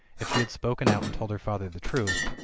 if she had spoken out and told her father the truth.